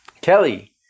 Kelly